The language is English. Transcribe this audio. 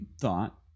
thought